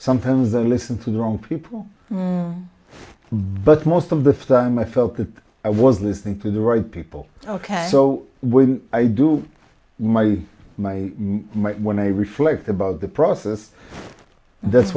sometimes i listen for the wrong people but most of this time i felt that i was listening to the right people ok so when i do my my my when i reflect about the process that's